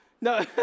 No